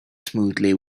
smoothly